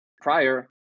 prior